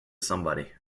somebody